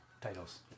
titles